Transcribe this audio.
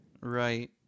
Right